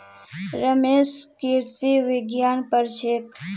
रमेश कृषि विज्ञान पढ़ छेक